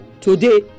Today